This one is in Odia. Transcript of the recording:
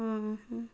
ହଁ ହଁ